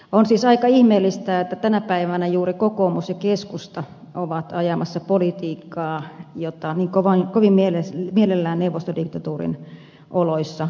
on siis aika ihmeellistä että tänä päivänä juuri kokoomus ja keskusta ovat ajamassa politiikkaa josta niin kovin mielellään neuvostodiktatuurin oloja arvostelevat